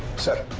sir,